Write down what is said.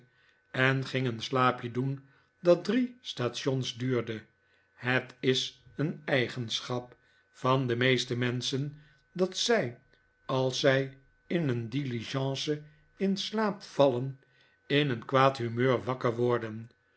en ging een slaapje doen dat drie stations duurde het is een eigenschap van de meeste menschen dat zij als zij in een diligence in slaap vallen in een kwaad humeur wakker worden